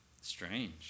Strange